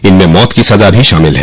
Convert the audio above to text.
इनमें मौत की सजा भी शामिल है